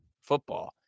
football